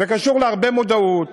זה קשור להרבה מודעות,